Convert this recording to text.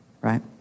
right